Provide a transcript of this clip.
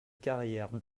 carrière